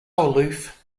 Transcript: aloof